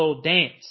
dance